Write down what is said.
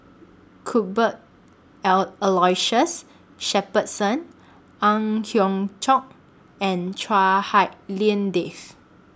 Cuthbert Shepherdson Ang Hiong Chiok and Chua Hak Lien Dave